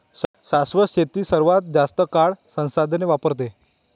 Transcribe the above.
शाश्वत शेती सर्वात जास्त काळ संसाधने वापरते